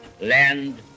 land